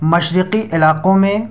مشرقی علاقوں میں